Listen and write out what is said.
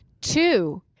two